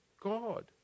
God